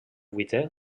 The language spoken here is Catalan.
vuitè